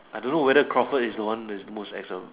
I don't know whether Crawford is the one that is most ex one